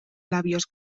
labios